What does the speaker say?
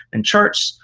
and charts.